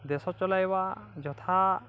ଦେଶ ଚଲାଇବା ଯଥା